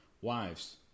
Wives